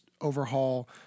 overhaul